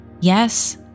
Yes